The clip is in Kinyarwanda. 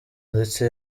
ndetse